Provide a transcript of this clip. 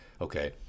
Okay